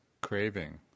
craving